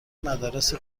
مدارس